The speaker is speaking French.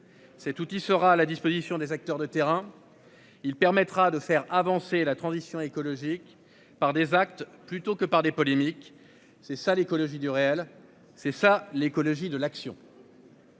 C'est tout. Il sera à la disposition des acteurs de terrain. Il permettra de faire avancer la transition écologique par des actes, plutôt que par des polémiques. C'est ça l'écologie du réel. C'est ça l'écologie de l'action.--